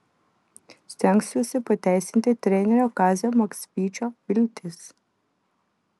stengsiuosi pateisinti trenerio kazio maksvyčio viltis